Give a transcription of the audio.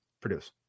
produce